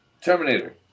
Terminator